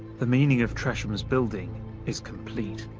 the meaning of tresham's building is complete.